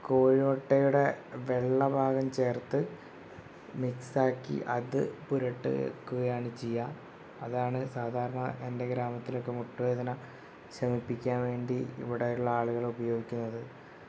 കോഴി മുട്ടയുടെ വെള്ള ഭാഗം ചേർത്ത് മിക്സാക്കി അത് പുരട്ടി വെക്കുകയാണ് ചെയ്യാറ് അതാണ് സാധാരണ എൻ്റെ ഗ്രാമത്തിലൊക്കെ മുട്ട് വേദന ക്ഷമിപ്പിക്കാൻ വേണ്ടി ഇവിടെയുള്ള ആളുകൾ ഉപയോഗിക്കുന്നത്